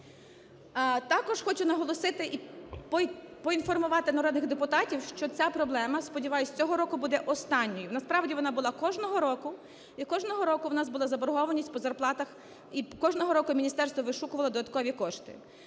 Також хочу наголосити і поінформувати народних депутатів, що ця проблема, сподіваюсь, цього року буде останньою. Насправді вона була кожного року. І кожного року у нас була заборгованість по зарплатах, і кожного року міністерство вишукувало додаткові кошти.